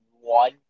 one